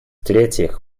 третьих